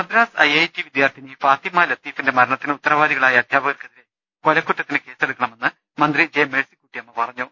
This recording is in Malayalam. മദ്രാസ് ഐ ഐ ടി വിദ്യാർഥിനി ഫാത്തിമ ലത്തീഫിന്റെ മരണത്തിന് ഉത്തരവാദികളായ അധ്യാപകർക്കെതിരെ കൊലക്കുറ്റത്തിന് കേസ് എടുക്കണമെന്ന് മന്ത്രി ജെ മേഴ്സിക്കുട്ടിയമ്മ ആവശ്യപ്പെട്ടു